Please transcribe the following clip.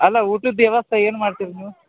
ಅಲ್ಲ ಊಟದ ವ್ಯವಸ್ಥೆ ಏನು ಮಾಡ್ತೀರ ನೀವು